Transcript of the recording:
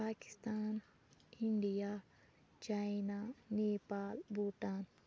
Pakistan India China Nepal Bhutan